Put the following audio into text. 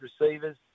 receivers